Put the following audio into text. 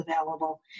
available